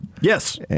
Yes